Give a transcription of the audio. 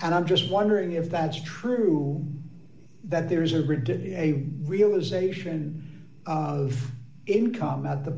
and i'm just wondering if that's true that there is a rigid a realization of income at the